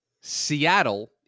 Seattle